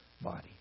body